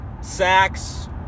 sacks